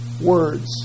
words